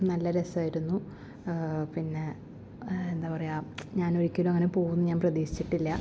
നല്ല രസമായിരുന്നു പിന്നെ എന്താ പറയുക ഞാനൊരിക്കലും അങ്ങനെ പോകുമെന്ന് ഞാൻ പ്രതീക്ഷിച്ചിട്ടില്ല